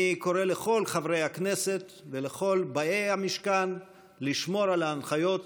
אני קורא לכל חברי הכנסת ולכל באי המשכן לשמור על ההנחיות